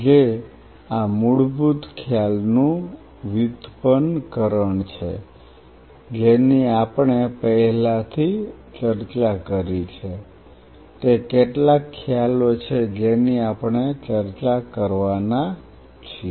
જે આ મૂળભૂત ખ્યાલનું વ્યુત્પન્નકરણ છે જેની આપણે પહેલાથી ચર્ચા કરી છે તે કેટલાક ખ્યાલો છે જેની આપણે ચર્ચા કરવાના છીએ